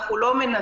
אנחנו לא מנטרים,